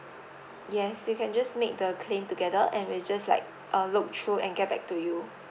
yes you can just make the claim together and we just like uh look through and get back to you